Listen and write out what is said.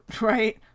right